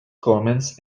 comments